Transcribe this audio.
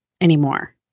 anymore